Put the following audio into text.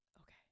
okay